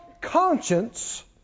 conscience